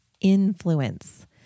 influence